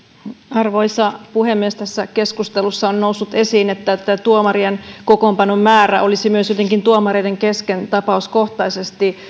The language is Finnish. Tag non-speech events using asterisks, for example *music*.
arvoisa puhemies tässä keskustelussa on noussut esiin että tuomarien kokoonpanon määrä olisi myös jotenkin tuomareiden kesken tapauskohtaisesti *unintelligible*